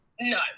No